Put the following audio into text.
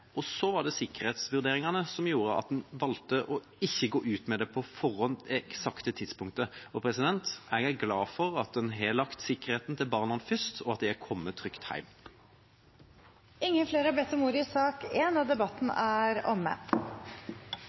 mulig. Så var det sikkerhetsvurderingene som gjorde at en valgte å ikke gå ut med det eksakte tidspunktet på forhånd. Jeg er glad for at en har satt sikkerheten til barna først, og at de er kommet trygt hjem. Flere har ikke bedt om ordet til sak nr. 1. Etter ønske fra energi- og